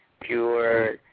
pure